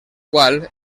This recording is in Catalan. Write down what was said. qual